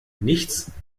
nichts